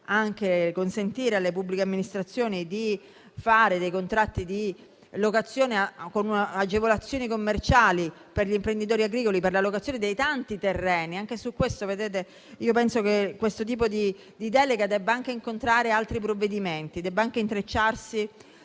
anche la possibilità per le pubbliche amministrazioni di fare contratti di locazione con agevolazioni commerciali per gli imprenditori agricoli per l'allocazione dei tanti terreni. Anche su questo, penso che tale tipo di delega debba anche incontrare altri provvedimenti e che debba anche intrecciarsi,